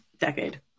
decade